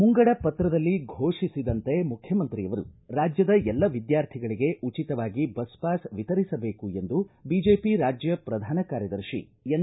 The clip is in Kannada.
ಮುಂಗಡ ಪತ್ರದಲ್ಲಿ ಘೋಷಿಸಿದಂತೆ ಮುಖ್ಯಮಂತ್ರಿಯವರು ರಾಜ್ಯದ ಎಲ್ಲ ವಿದ್ಯಾರ್ಥಿಗಳಗೆ ಉಚಿತವಾಗಿ ಬಸ್ ಪಾಸ್ ವಿತರಿಸಬೇಕು ಎಂದು ಬಿಜೆಪಿ ರಾಜ್ಯ ಪ್ರಧಾನ ಕಾರ್ಯದರ್ತಿ ಎನ್